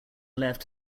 left